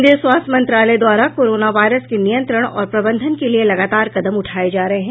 केंद्रीय स्वास्थ्य मंत्रालय द्वारा कोरोना वायरस के नियंत्रण और प्रबंधन के लिए लगातार कदम उठाये जा रहे हैं